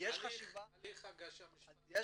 יש חשיבה --- לא, הליך משפטי נגדם.